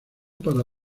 para